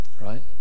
Right